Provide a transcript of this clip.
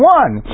one